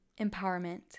empowerment